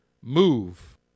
move